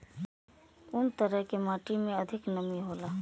कुन तरह के माटी में अधिक नमी हौला?